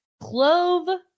Clove